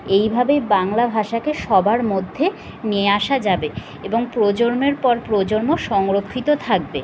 এইভাবেই বাংলা ভাষাকে সবার মধ্যে নিয়ে আসা যাবে এবং প্রজন্মের পর প্রজন্ম সংরক্ষিত থাকবে